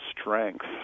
strength